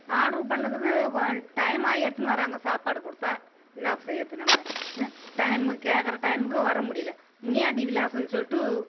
order பண்ணதுக்கு வா time ஆகி எடுத்துன்னு வராங்க சாப்பாடு கொடுத்தா என்ன செய்கிறது நாங்கள் ம் டைம் கேட்கற டைமுக்கு வர முடியலை முனியாண்டி விலாஸுன்னு சொல்லிட்டு